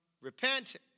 repent